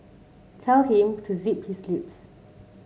tell him to zip his lips